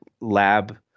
lab